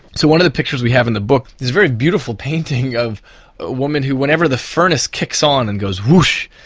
so one of the pictures we have in the book is a very beautiful painting of a woman who whenever the furnace kicks on and goes whoosh,